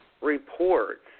reports